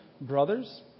brothers